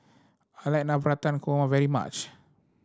I like Navratan Korma very much